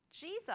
Jesus